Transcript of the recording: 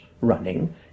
running